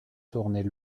tournait